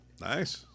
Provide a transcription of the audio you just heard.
Nice